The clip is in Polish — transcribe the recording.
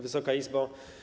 Wysoka Izbo!